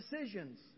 decisions